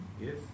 yes